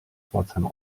pforzheim